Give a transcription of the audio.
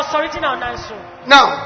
Now